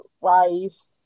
ways